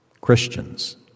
Christians